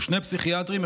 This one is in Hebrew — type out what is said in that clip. ושני פסיכיאטרים,